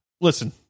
Listen